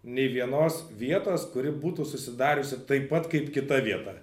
nei vienos vietos kuri būtų susidariusi taip pat kaip kita vieta